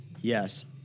Yes